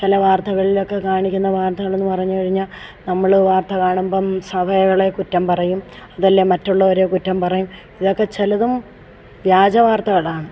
ചില വാർത്തകളിലൊക്കെ കാണിക്കുന്ന വാർത്തകളെന്ന് പറഞ്ഞുകഴിഞ്ഞാൽ നമ്മൾ വാർത്ത കാണുമ്പം സഭകളെ കുറ്റം പറയും അതല്ലെങ്കിൽ മറ്റുള്ളവരെ കുറ്റം പറയും ഇതൊക്കെ ചിലതും വ്യാജ വാർത്തകളാണ്